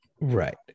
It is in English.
Right